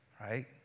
right